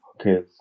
Okay